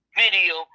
video